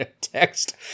Text